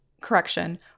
correction